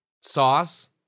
Sauce